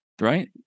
right